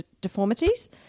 deformities